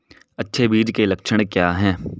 अच्छे बीज के लक्षण क्या हैं?